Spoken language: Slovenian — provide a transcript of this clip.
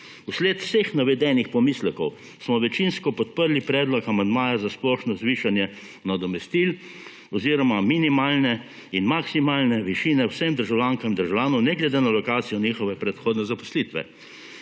Vsled vseh navedenih pomislekov smo večinsko podprli predlog amandmaja za splošno zvišanje nadomestil oziroma minimalne in maksimalne višine vsem državljankam in državljanom ne glede na lokacijo njihove predhodne zaposlitve.